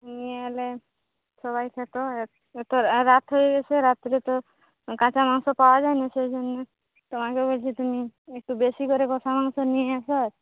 নিয়ে এলে সবাই খেত এত রাত হয়ে গেছে রাত্রে তো কাঁচা মাংস পাওয়া যায় না সেই জন্যে তোমাকে বলছি তুমি একটু বেশি করে কষা মাংস নিয়ে এসো আর